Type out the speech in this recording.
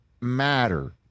matter